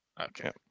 Okay